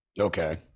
Okay